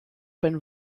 been